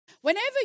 Whenever